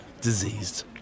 diseased